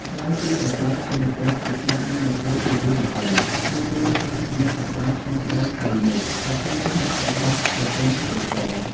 ថ្លែងពីព្រះចៅព្រហ្មទត្តជាស្តេចនៃនគរពារាណសី ក្នុងពេលទ្រង់យាងក្រសាលក្នុងដងព្រៃនោះ ក៏ឃើញបុត្ររបស់បុទមកេសរ។